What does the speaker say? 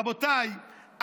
רבותיי,